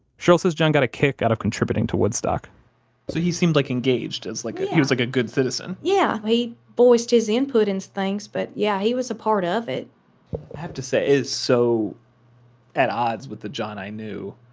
cheryl says john got a kick out of contributing to woodstock so he seemed like engaged, as like, he was like a good citizen yeah. he voiced his input into things, but yeah, he was a part ah of it i have to say it is so at odds with the john i knew.